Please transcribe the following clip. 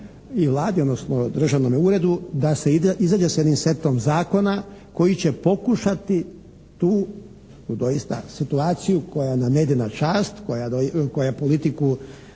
i Vladi, odnosno državnome uredu da se izađe sa jednim setom zakona koji će pokušati tu doista situaciju koja nam ne ide na čast, koja politiku